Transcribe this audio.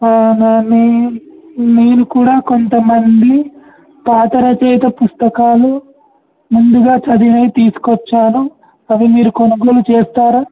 నా నేను కూడా కొంతమంది పాత రచయిత పుస్తకాలు ముందుగా చదివినవి తీసుకొచ్చాను అవి మీరు కొనుగోలు చేస్తారా